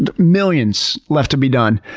and millions left to be done.